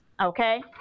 okay